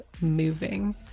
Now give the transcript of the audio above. moving